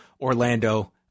Orlando